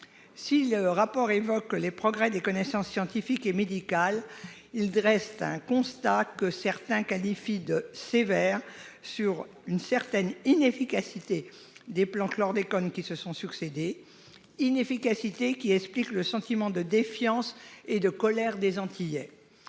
Si le rapport évoque le progrès des connaissances scientifiques et médicales, il dresse un constat, que certains qualifient de sévère, sur une certaine inefficacité des plans Chlordécone qui se sont succédé, inefficacité qui explique le sentiment de défiance et de colère des Antillais.